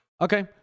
Okay